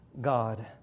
God